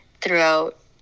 throughout